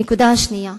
נקודה שנייה,